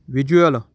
visual